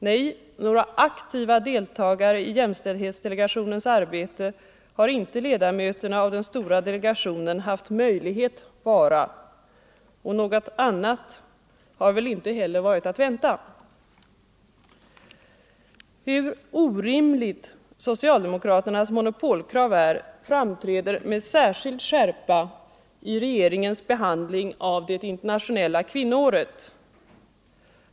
Nej, några aktiva deltagare i jämställdhetsdelegationens arbete har inte ledamöterna av den stora delegationen haft möjlighet vara, och något annat har väl inte heller varit att vänta. Hur orimligt socialdemokraternas monopolkrav är framträder med särskild skärpa i regeringens behandling av det internationella kvinnoåret.